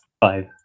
five